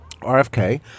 RFK